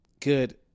good